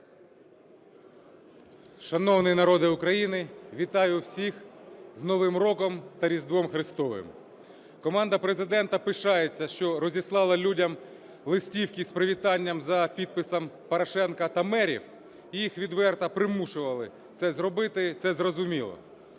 Шановний народе України, вітаю всіх з Новим роком та Різдвом Христовим! Команда Президента пишається, що розіслала людям листівки з привітанням за підписом Порошенка та мерів, їх відверто примушували це зробити. Це зрозуміло.